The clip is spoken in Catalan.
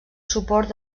suport